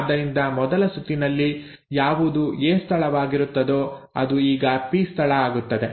ಆದ್ದರಿಂದ ಮೊದಲ ಸುತ್ತಿನಲ್ಲಿ ಯಾವುದು ಎ ಸ್ಥಳವಾಗಿರುತ್ತದೋ ಅದು ಈಗ ಪಿ ಸ್ಥಳ ಆಗುತ್ತದೆ